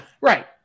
Right